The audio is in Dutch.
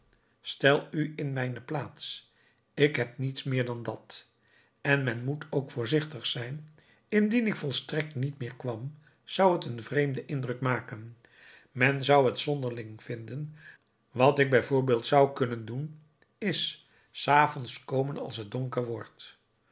stel u in mijne plaats ik heb niets meer dan dat en men moet ook voorzichtig zijn indien ik volstrekt niet meer kwam zou t een vreemden indruk maken men zou het zonderling vinden wat ik bij voorbeeld zou kunnen doen is s avonds komen als het donker wordt